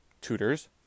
tutors